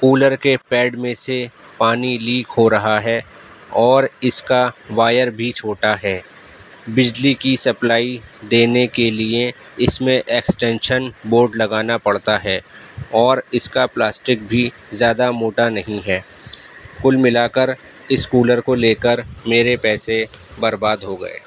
cooler کے pad میں سے پانی لیک ہو رہا ہے اور اس کا وائر بھی چھوٹا ہے بجلی کی سپلائی دینے کے لیے اس میں ایکسٹینشن بورڈ لگانا پڑتا ہے اور اس کا پلاسٹک بھی زیادہ موٹا نہیں ہے کل ملا کر اس کولر کو لے کر میرے پیسے برباد ہو گئے